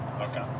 Okay